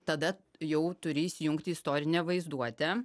tada jau turi įsijungti istorinę vaizduotę